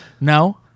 No